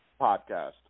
podcast